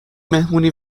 مهمونی